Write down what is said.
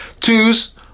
twos